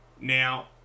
Now